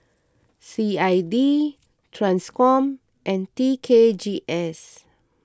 C I D Transcom and T K G S